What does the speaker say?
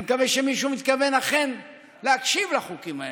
אני מקווה שמישהו אכן מתכוון להקשיב לחוקים האלה.